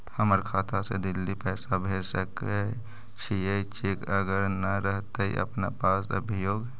हमर खाता से दिल्ली पैसा भेज सकै छियै चेक अगर नय रहतै अपना पास अभियोग?